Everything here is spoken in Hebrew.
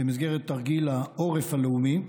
במסגרת תרגיל העורף הלאומי,